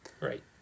Right